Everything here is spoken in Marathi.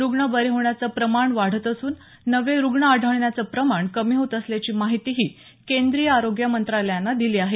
रुग्ण बरे होण्याचं प्रमाण वाढत असून नवे रुग्ण आढळण्याचं प्रमाण कमी होत असल्याची माहितीही केंद्रीय आरोग्य मंत्रालयानं दिली आहे